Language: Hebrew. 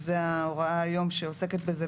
זו ההוראה היום שעוסקת בזה,